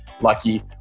lucky